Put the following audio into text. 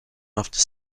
after